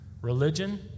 Religion